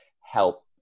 help